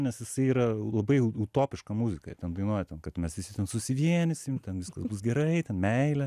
nes jisai yra labai utopiška muzika ir ten dainuoja ten kad mes visi ten susivienysim ten viskas bus gerai ten meilė